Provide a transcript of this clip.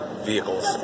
Vehicles